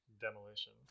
demolition